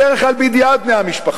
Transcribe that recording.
בדרך כלל בידיעת בני המשפחה,